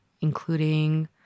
including